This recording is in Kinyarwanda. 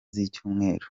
z’icyumweru